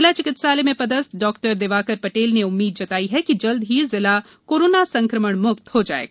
जिला अस्पताल में पदस्थ डाक्टर दिवाकर पटेल ने उम्मीद जताई है कि जल्द ही जिला कोरोना संक्रमण मुक्त हो जायेगा